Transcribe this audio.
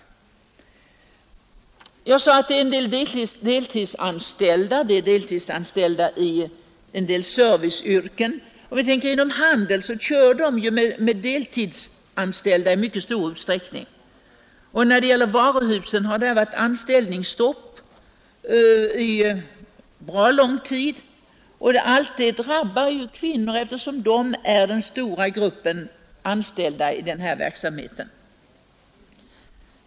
Deltidsanställda finns i olika serviceyrken. Handeln utnyttjar deltidsanställda i mycket stor utsträckning. Varuhusen har haft anställningsstopp under bra lång tid, och det drabbar ju kvinnorna eftersom de är den stora gruppen anställda i denna verksamhet.